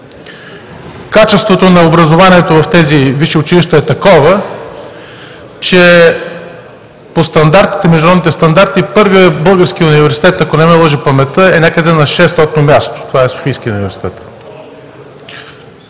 Качеството на образованието в тези висши училища е такова, че по международните стандарти първият български университет, ако не ме лъже паметта, е някъде на шестстотно място – това е Софийският университет.